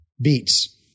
beats